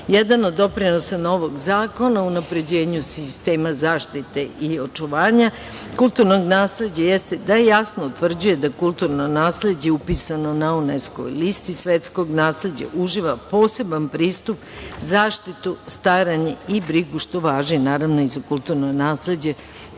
od doprinosa novog zakona, unapređenju sistema zaštite i očuvanja kulturnog nasleđa , jeste da jasno utvrđuje da kulturno nasleđe upisano na UNESKO listi, svetskog nasleđa, uživa poseban pristup zaštitu, starenje i brigu, što važi i za kulturno nasleđe